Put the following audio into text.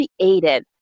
created